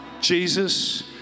Jesus